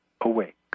awake